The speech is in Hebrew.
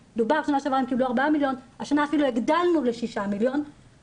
בשנה שעברה הם קיבלו 4 מיליון והשנה אפילו הגדלנו ל-6 מיליון,